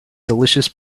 delicious